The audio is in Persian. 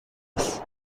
است